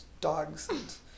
dogs